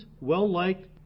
well-liked